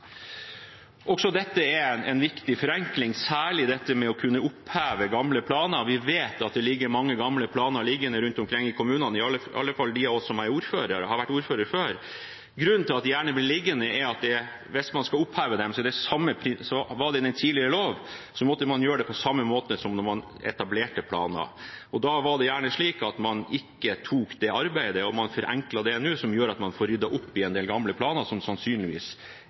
Også dette er en viktig forenkling, særlig det å kunne oppheve gamle planer. Vi vet at det er mange gamle planer liggende rundt omkring i kommunene, i alle fall de av oss som har vært ordførere før. Grunnen til at de gjerne blir liggende, er at man etter den tidligere lov måtte gjøre det på samme måte som når man etablerte planer, og da var det gjerne slik at man ikke tok det arbeidet. Man forenkler det nå, som gjør at man får ryddet opp i en del gamle planer som sannsynligvis